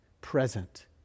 present